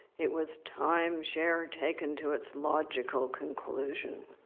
it was timeshare taken to its logical conclusion.